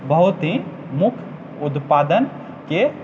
बहुत ही मुख्य उत्पादनके